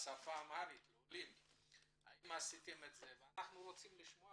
אנחנו רוצים לשמוע